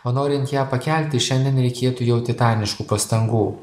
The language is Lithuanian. o norint ją pakelti šiandien reikėtų jau titaniškų pastangų